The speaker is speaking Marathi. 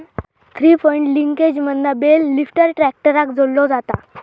थ्री पॉइंट लिंकेजमधना बेल लिफ्टर ट्रॅक्टराक जोडलो जाता